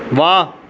ਵਾਹ